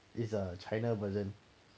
it's a china version